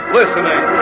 listening